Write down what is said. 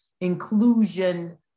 inclusion